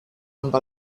amb